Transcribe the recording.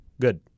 Good